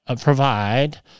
provide